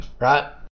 right